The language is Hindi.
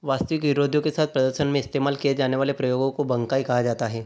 वास्तविक विरोधियों के साथ प्रदर्शन में इस्तेमाल किए जाने वाले प्रयोगों को बंकाई कहा जाता है